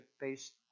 based